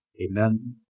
Amen